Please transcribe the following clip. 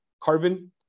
carbon